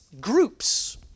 groups